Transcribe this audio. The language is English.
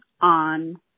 on